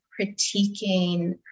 critiquing